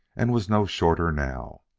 and was no shorter now.